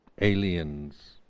aliens